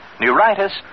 neuritis